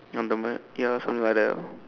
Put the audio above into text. I'm the what ya something like that lah